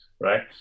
right